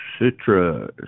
citrus